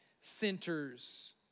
centers